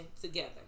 together